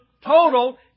total